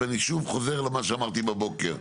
ואני שוב חוזר על מה שאמרתי בבוקר.